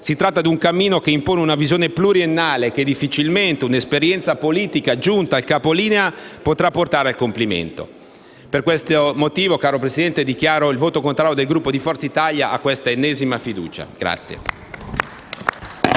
si tratta di un cammino che impone una visione pluriennale e che difficilmente una esperienza politica giunta al capolinea potrà portare a compimento. Per questi motivi, caro Presidente, dichiaro il voto contrario del Gruppo di Forza Italia a questa ennesima fiducia.